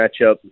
matchup